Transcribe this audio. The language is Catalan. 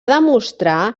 demostrar